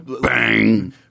Bang